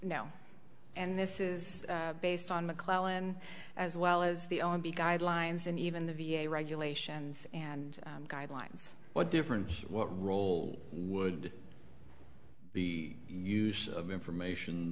now and this is based on mcclellan as well as the on the guidelines and even the v a regulations and guidelines what difference what role would the use of information